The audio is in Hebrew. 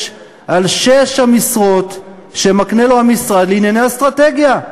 על שש המשרות שמקנה לו המשרד לענייני אסטרטגיה,